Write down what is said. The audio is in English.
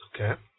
okay